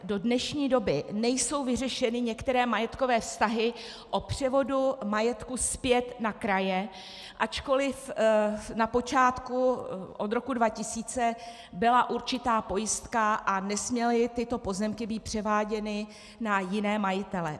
Do dnešní doby nejsou vyřešeny některé majetkové vztahy o převodu majetku zpět na kraje, ačkoliv na počátku od roku 2000 byla určitá pojistka a nesměly tyto pozemky být převáděny na jiné majitele.